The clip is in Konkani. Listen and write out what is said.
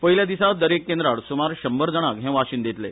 पयल्या दिसा दरेक केंद्रार सुमार शंभर जणांक हे वाशीन दितले